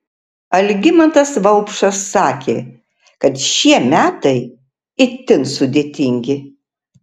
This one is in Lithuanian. algimantas vaupšas sakė kad šie metai itin sudėtingi